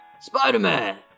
Spider-Man